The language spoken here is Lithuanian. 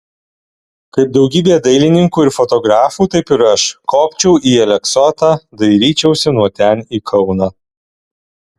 kaip daugybė dailininkų ir fotografų taip ir aš kopčiau į aleksotą dairyčiausi nuo ten į kauną